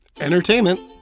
entertainment